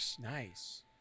Nice